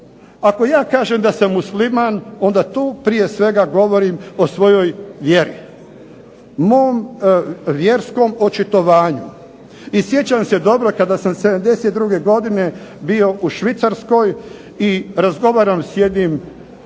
Ako ja kažem da sam musliman, onda tu prije svega govorim o svojoj vjeri. Mom vjerskom očitovanju. I sjećam se dobro kada sam '72. godine bio u Švicarskoj, i razgovaram sa jednim strancem,